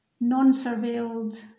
non-surveilled